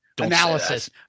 analysis